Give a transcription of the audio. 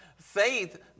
Faith